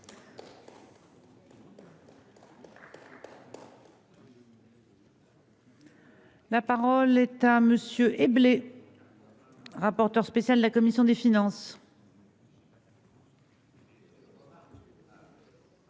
La parole est à monsieur Eblé, rapporteur spécial de la commission des finances.